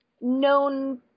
known